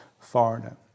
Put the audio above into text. foreigner